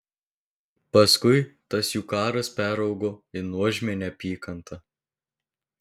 paskui tas jų karas peraugo į nuožmią neapykantą